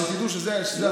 רק שתדעו שזאת הסיבה.